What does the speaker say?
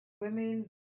women